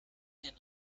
den